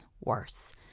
worse